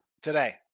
Today